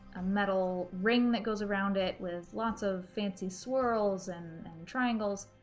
a metal ring that goes around it, with lots of fancy swirls and and triangles,